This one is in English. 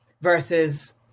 versus